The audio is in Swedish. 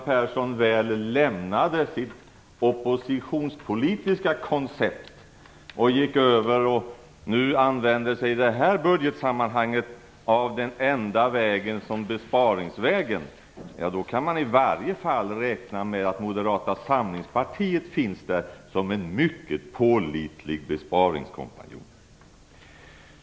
Persson väl lämnade sitt oppositionspolitiska koncept och gick över till att, som i detta budgetsammanhang, använda sig av "den enda vägen" som besparingsvägen, kan man i varje fall räkna med att Moderata samlingspartiet finns där som en mycket pålitlig besparingskompanjon.